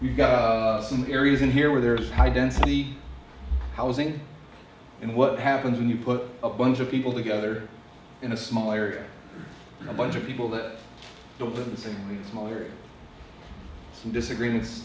we've got some areas in here where there is high density housing and what happens when you put a bunch of people together in a small area or a bunch of people that don't have the same salary some disagreements